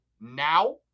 now